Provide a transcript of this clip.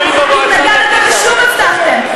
שוב הבטחתם.